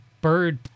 bird